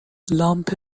لامپ